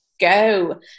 go